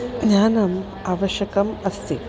ज्ञानम् आवश्यकम् अस्ति